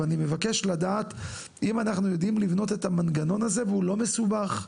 ואני מבקש לדעת אם אנחנו יודעים לבנות את המנגנון הזה והוא לא מסובך,